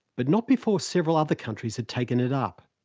but not before several other countries had taken it up.